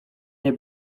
nie